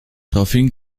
daraufhin